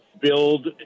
build